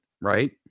right